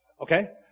okay